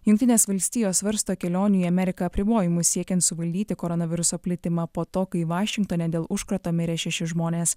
jungtinės valstijos svarsto kelionių į ameriką apribojimus siekiant suvaldyti koronaviruso plitimą po to kai vašingtone dėl užkrato mirė šeši žmonės